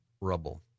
rubble